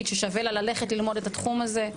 ששווה לה ללכת ללמוד את התחום הזה?